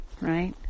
right